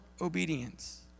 obedience